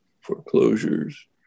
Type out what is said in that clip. foreclosures